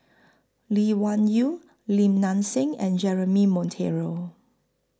Lee Wung Yew Lim Nang Seng and Jeremy Monteiro